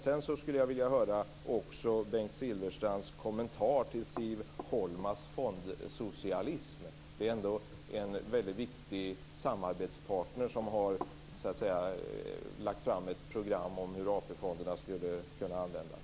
Sedan skulle jag vilja höra Bengt Silfverstrands kommentar till Siv Holmas fondsocialism. Det är ändå en väldigt viktig samarbetspartner som har lagt fram ett program om hur AP-fonderna skulle kunna användas.